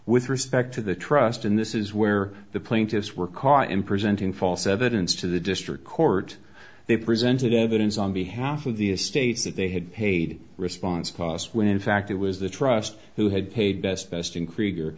with respect to the trust and this is where the plaintiffs were caught in presenting false evidence to the district court they presented evidence on behalf of the estates that they had paid response costs when in fact it was the trust who had paid best best in krieger